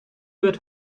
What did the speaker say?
wird